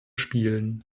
spielen